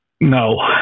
No